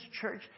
church